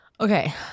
okay